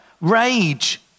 Rage